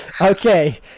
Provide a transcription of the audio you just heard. Okay